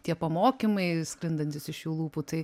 tie pamokymai sklindantys iš jų lūpų tai